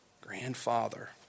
grandfather